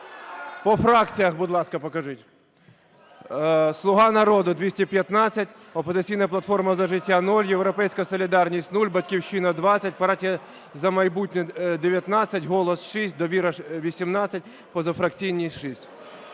По фракціях, будь ласка, покажіть. "Слуга народу" – 215, "Опозиційна платформа – За життя" – 0, "Європейська солідарність" – 0, "Батьківщина" – 20, "Партія "За Майбутнє" – 19, "Голос" – 6, "Довіра" – 18, позафракційні – 6.